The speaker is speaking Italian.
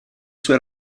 sue